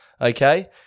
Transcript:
okay